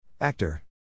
Actor